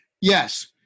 yes